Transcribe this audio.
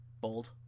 bold